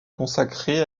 consacrés